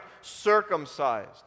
circumcised